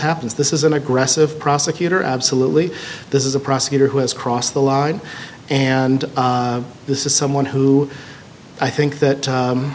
happens this is an aggressive prosecutor absolutely this is a prosecutor who has crossed the line and this is someone who i think that